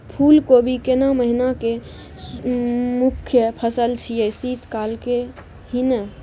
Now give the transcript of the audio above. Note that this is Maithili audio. फुल कोबी केना महिना के मुखय फसल छियै शीत काल के ही न?